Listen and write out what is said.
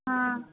हँ